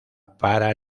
para